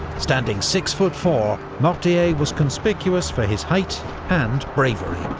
standing six foot four, mortier was conspicuous for his height and bravery,